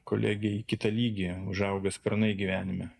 kolegė į kitą lygį užauga sparnai gyvenime